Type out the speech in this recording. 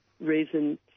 reason